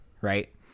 right